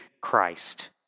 Christ